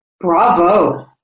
Bravo